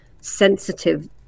sensitive